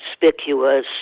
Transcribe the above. conspicuous